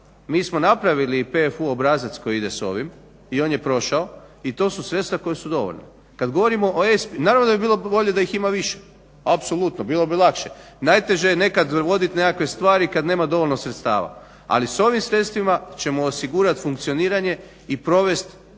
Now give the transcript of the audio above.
Mi smo napravili PFU obrazac koji ide s ovim i on je prošao i to su sredstva koja su dovoljna. Kad govorimo o … naravno da bi bilo povoljnije da ih ima više, apsolutno, bilo bi lakše, najteže je nekad vodit nekakve stvari kad nema dovoljno sredstava ali s ovim sredstvima ćemo osigurat funkcioniranje i provest